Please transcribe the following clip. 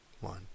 one